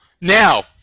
now